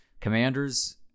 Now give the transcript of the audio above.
Commanders